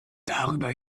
darüber